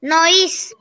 Noise